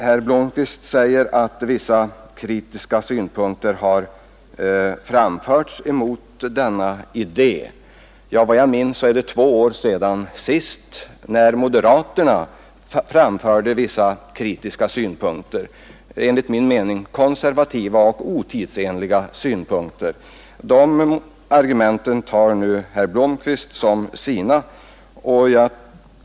Herr Blomkvist säger att vissa kritiska synpunkter har framförts mot denna idé. Ja, vad jag minns är det två år sedan sist, när moderaterna framförde vissa kritiska synpunkter — enligt min mening konservativa och otidsenliga synpunkter. De argumenten tar nu herr Blomkvist som sina.